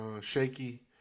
shaky